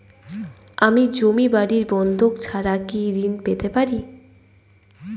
আমি জমি বাড়ি বন্ধক ছাড়া কি ঋণ পেতে পারি?